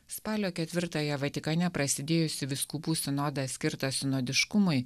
spalio ketvirtąją vatikane prasidėjusį vyskupų sinodą skirtą sinodiškumui